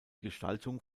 gestaltung